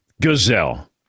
gazelle